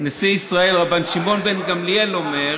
נשיא ישראל, "רבן שמעון בן גמליאל, אומר: